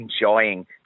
enjoying